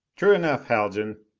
true enough, haljan.